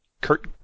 Kurt